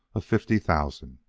of fifty thousand.